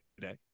today